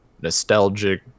nostalgic